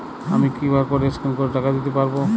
আমি QR code scan করে টাকা দিতে পারবো?